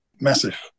massive